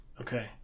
Okay